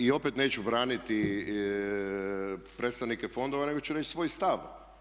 I opet neću braniti predstavnike fondova nego ću reći svoj stav.